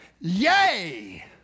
yay